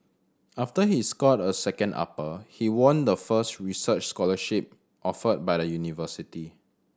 after he scored a second upper he won the first research scholarship offered by the university